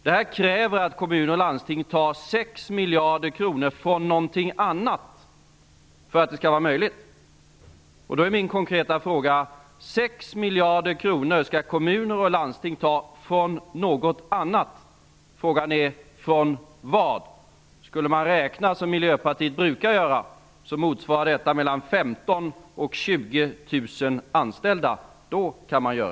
Det här kräver att kommuner och landsting tar 6 miljarder kronor från någonting annat. Då är min konkreta fråga: Från vad? Skulle man räkna som Miljöpartiet brukar göra, motsvarar dessa 6 miljarder mellan 15 000 och